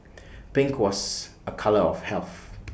pink was A colour of health